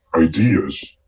ideas